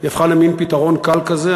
היא הפכה למין פתרון קל כזה,